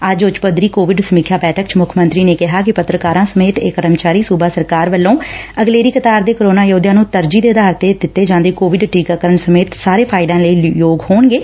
ਅੱਜ ਉੱਚ ਪੱਧਰੀ ਕੋਵਿਡ ਸਮੀਖਿਆ ਬੈਠਕ ਵਿਚ ਮੁੱਖ ਮੰਤਰੀ ਨੇ ਕਿਹਾ ਕਿ ਪੱਤਰਕਾਰਾ ਸਮੇਤ ਇਹ ਕਰਮਚਾਰੀ ਸੁਬਾ ਸਰਕਾਰ ਵੱਲੋ ਂ ਅਗਲੇਰੀ ਕਤਾਰ ਦੇ ਕੋਰੋਨਾ ਯੋਧਿਆਂ ਨੁੰ ਤਰਜੀਹ ਆਧਾਰ ਤੇ ਕੀਤੇ ਜਾਦੇ ਕੋਵਿਡ ਟੀਕਾਕਰਨ ਸਮੇਤ ਸਾਰੇ ਫਾਇਦਿਆਂ ਲਈ ਯੋਗ ਹੋਣਗੇ